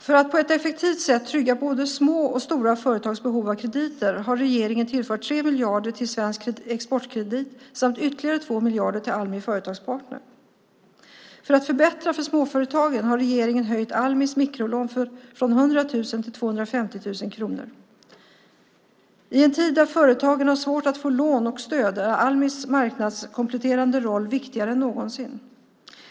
För att på ett effektivt sätt trygga både små och stora företags behov av krediter har regeringen tillfört 3 miljarder till Svensk Exportkredit samt ytterligare 2 miljarder till Almi Företagspartner. För att förbättra för småföretagen har regeringen höjt Almis mikrolån från 100 000 till 250 000 kronor. I en tid där företagen har svårt att få lån och stöd är Almis marknadskompletterande roll viktigare än någonsin.